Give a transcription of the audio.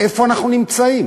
איפה אנחנו נמצאים?